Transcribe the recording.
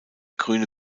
grüne